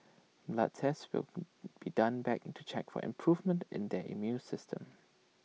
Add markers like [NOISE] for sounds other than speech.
blood tests will [HESITATION] be done back into check for improvements in their immune systems